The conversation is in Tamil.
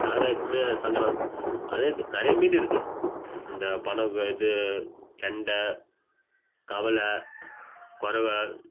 நாங்கள் எப்போவுமே அது சங்கரா அதேமாரி நிறைய மீன் இருக்குது இந்த பனை கு இது கெண்டை கவளை கொரவை